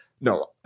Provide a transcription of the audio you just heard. no